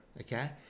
Okay